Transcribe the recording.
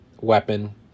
weapon